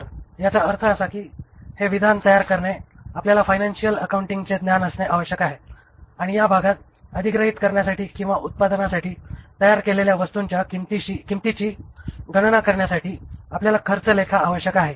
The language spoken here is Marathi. तर याचा अर्थ असा आहे की हे विधान तयार करणे आपल्याला फायनान्शिअल अकाउंटिंगचे ज्ञान असणे आवश्यक आहे आणि या भागात अधिग्रहित करण्यासाठी किंवा उत्पादनासाठी तयार केलेल्या वस्तूंच्या किंमतीची गणना करण्यासाठी आपल्याला खर्च लेखा आवश्यक आहे